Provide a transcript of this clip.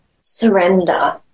surrender